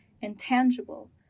intangible